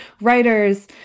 writers